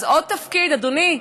אז עוד תפקיד, אדוני?